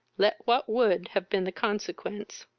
let what would have been the consequence